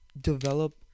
develop